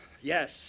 Yes